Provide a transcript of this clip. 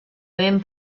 ben